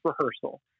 rehearsal